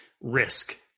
Risk